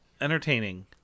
entertaining